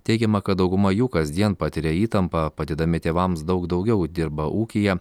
teigiama kad dauguma jų kasdien patiria įtampą padėdami tėvams daug daugiau dirba ūkyje